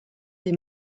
des